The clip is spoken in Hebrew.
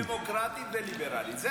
אני כמוך, רק תוסיף: דמוקרטית וליברלית.